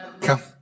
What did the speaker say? come